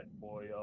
boy